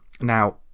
now